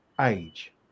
age